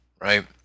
right